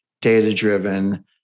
data-driven